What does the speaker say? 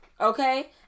okay